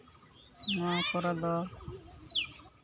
ᱱᱚᱣᱟ ᱠᱚᱨᱮᱫᱚ